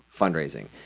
fundraising